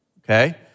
Okay